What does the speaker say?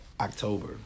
October